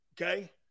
okay